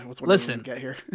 Listen